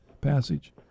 passage